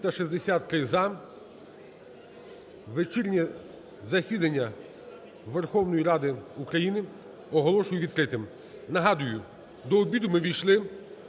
363 – за. Вечірнє засідання Верховної Ради України оголошую відкритим. Нагадую, до обіду ми ввійшли